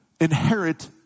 inherit